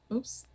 Oops